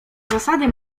zasady